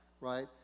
right